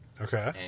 Okay